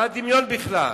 מה הדמיון בכלל?